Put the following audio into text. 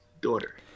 daughter